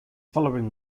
following